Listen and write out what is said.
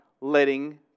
letting